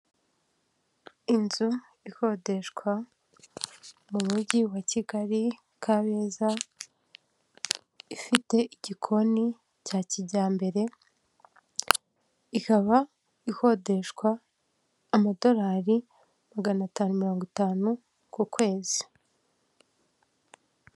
Inzu ikodeshwa mu mujyi wa Kigali, Kabeza, ifite igikoni cya kijyambere, ikaba ihodeshwa amadolari magana atanu mirongo itanu ku kwezi.